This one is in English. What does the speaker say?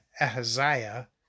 Ahaziah